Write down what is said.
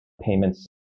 payments